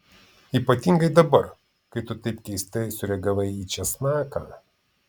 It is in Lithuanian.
ypatingai dabar kai tu taip keistai sureagavai į česnaką